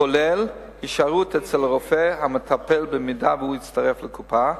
כולל הישארות אצל הרופא המטפל אם הוא הצטרף לקופה,